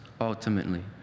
ultimately